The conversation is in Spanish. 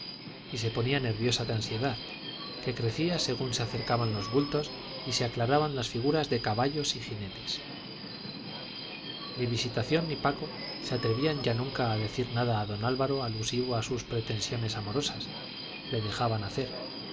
y se ponía nerviosa de ansiedad que crecía según se acercaban los bultos y se aclaraban las figuras de caballos y jinetes ni visitación ni paco se atrevían ya nunca a decir nada a don álvaro alusivo a sus pretensiones amorosas le dejaban hacer